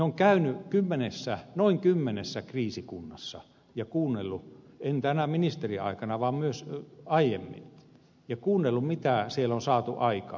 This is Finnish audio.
olen käynyt noin kymmenessä kriisikunnassa ja kuunnellut en tänä ministeriaikana vaan myös aiemmin mitä siellä on saatu aikaan